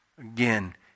Again